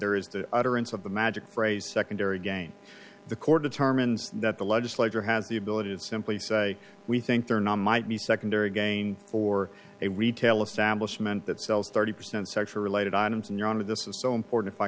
there is the utterance of the magic phrase secondary gain the court determines that the legislature has the ability to simply say we think they're not might be secondary gain for a retail establishment that sells thirty percent sexual related items on your own with this is so important if i